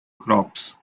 crops